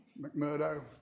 McMurdo